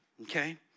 Okay